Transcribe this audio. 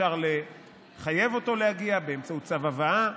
אפשר לחייב אותו להגיע באמצעות צו הבאה,